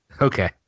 Okay